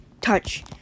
touch